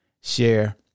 Share